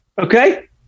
Okay